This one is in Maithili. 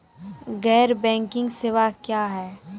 गैर बैंकिंग सेवा क्या हैं?